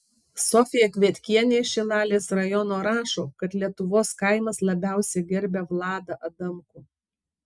sofija kvietkienė iš šilalės rajono rašo kad lietuvos kaimas labiausiai gerbia vladą adamkų